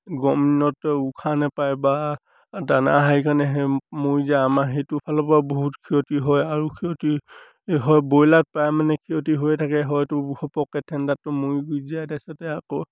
গৰমদিনত উশাহ নেপায় বা দানা হেৰি কাৰণে মৰি যায় আমাৰ সেইটো ফালৰপৰাও বহুত ক্ষতি হয় আৰু ক্ষতি হয় ব্ৰইলাৰত প্ৰায় মানে ক্ষতি হৈয়ে থাকে হয়তো ঘপপকৈ ঠাণ্ডাতো মৰি গুচি যায় তাৰপিছতে আকৌ